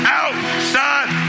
outside